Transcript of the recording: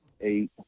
eight